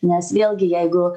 nes vėlgi jeigu